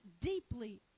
deeply